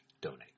donate